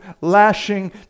lashing